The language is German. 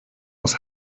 aus